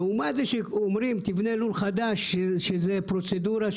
לעומת מצב שאומרים: תבנה לול חדש, שזאת פרוצדורה.